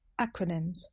Acronyms